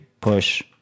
push